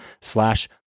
slash